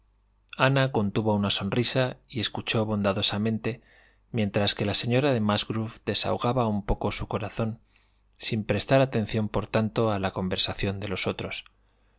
ana contuvo una sonrisa y escuchó bondadosamente mientras que la señora de musgrove desahogaba un poco su corazón sin prestar atención por tanto a la conversación de los otros